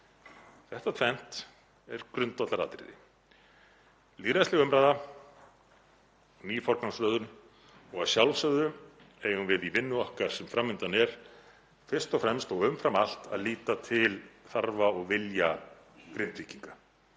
Þetta tvennt eru grundvallaratriði; lýðræðisleg umræða og ný forgangsröðun. Og að sjálfsögðu eigum við í vinnu okkar sem fram undan er fyrst og fremst og umfram allt að líta til þarfa og vilja Grindvíkinga.